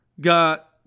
got